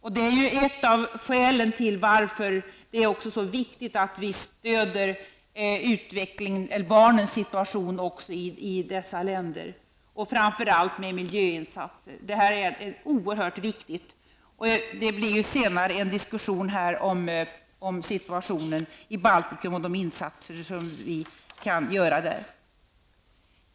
Detta är ett av skälen till att det är så oerhört viktigt att vi stöder barnen också i dessa länder, framför allt med miljöinsatser. Det blir ju här senare en diskussion om situationen i Baltikum och om de insatser som vi kan göra där.